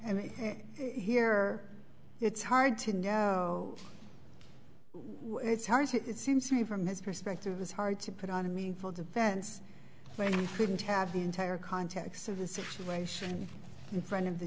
and here it's hard to it's hard to it seems to me from his perspective it's hard to put on a meaningful defense when imprudent have the entire context of the situation in front of the